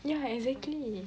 yeah exactly